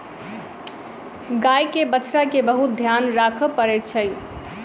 गाय के बछड़ा के बहुत ध्यान राखअ पड़ैत अछि